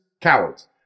cowards